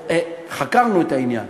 חקרנו את העניין